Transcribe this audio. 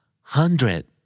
hundred